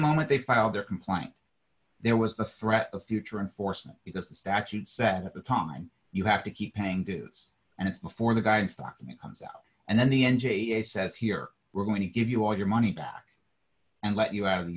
moment they file their complaint there was the threat of future in force because the statute said at the time you have to keep paying dues and it's before the guy in stock comes out and then the n g a says here we're going to give you all your money back and let you out of the